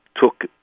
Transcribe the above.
took